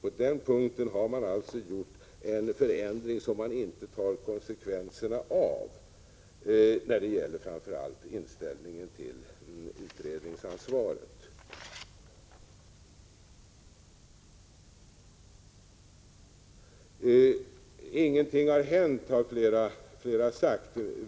På den punkten har det alltså skett en förändring, som man inte tar konsekvenserna av. Framför allt gäller det inställningen till utredningsansvaret. Ingenting har hänt, har flera personer sagt.